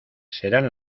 serán